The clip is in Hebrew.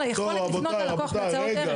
פה מדובר על היכולת לפנות ללקוח באמצעות --- טוב,